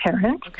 parent